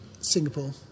Singapore